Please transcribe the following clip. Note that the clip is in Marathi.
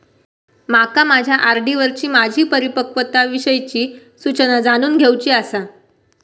माका माझ्या आर.डी वरची माझी परिपक्वता विषयची सूचना जाणून घेवुची आसा